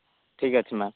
ଠିକ୍ ଅଛି ମ୍ୟାମ୍